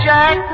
Jack